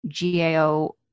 GAO